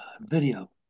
video